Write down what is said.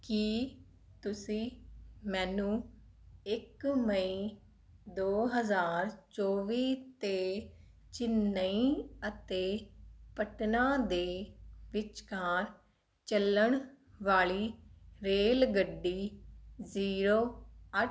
ਕੀ ਤੁਸੀਂ ਮੈਨੂੰ ਇੱਕ ਮਈ ਦੋ ਹਜ਼ਾਰ ਚੌਵੀ 'ਤੇ ਚੇਨਈ ਅਤੇ ਪਟਨਾ ਦੇ ਵਿਚਕਾਰ ਚੱਲਣ ਵਾਲੀ ਰੇਲਗੱਡੀ ਜ਼ੀਰੋ ਅੱਠ